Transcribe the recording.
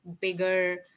bigger